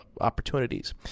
opportunities